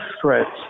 threats